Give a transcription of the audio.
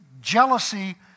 jealousy